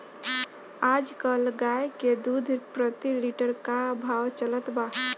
आज कल गाय के दूध प्रति लीटर का भाव चलत बा?